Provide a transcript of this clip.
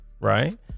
right